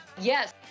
Yes